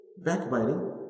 backbiting